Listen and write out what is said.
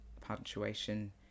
punctuation